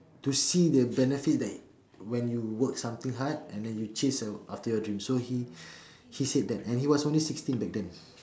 to see the benefit that when you work something hard and then you chase uh after your dreams so he he said that and he was only sixteen back then